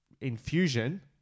infusion